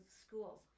schools